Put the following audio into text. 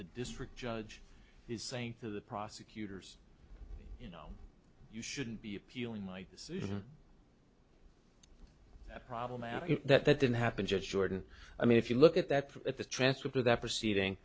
the district judge is saying to the prosecutors you shouldn't be appealing my decision that problematic that that didn't happen judge jordan i mean if you look at that at the transcript of that proceeding